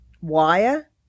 wire